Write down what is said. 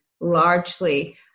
largely